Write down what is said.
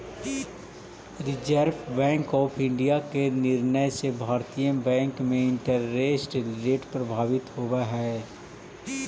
reserve Bank of India के निर्णय से भारतीय बैंक में इंटरेस्ट रेट प्रभावित होवऽ हई